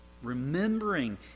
remembering